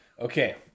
Okay